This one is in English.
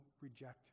reject